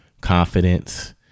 confidence